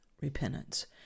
repentance